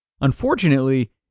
Unfortunately